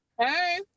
Hey